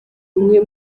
umwe